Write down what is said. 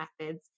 methods